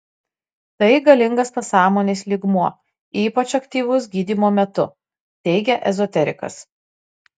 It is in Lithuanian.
tai galingas pasąmonės lygmuo ypač aktyvus gydymo metu teigia ezoterikas